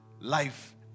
life